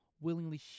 willingly